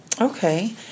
Okay